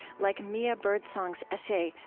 like mia birdsong's essay,